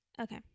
Okay